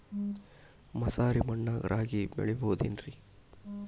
ಮಸಾರಿ ಮಣ್ಣಾಗ ರಾಗಿ ಬೆಳಿಬೊದೇನ್ರೇ?